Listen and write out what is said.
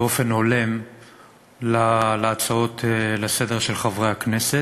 באופן הולם להצעות לסדר-היום של חברי הכנסת.